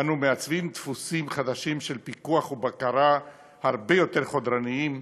ואנו מעצבים דפוסים חדשים של פיקוח ובקרה הרבה יותר חודרניים,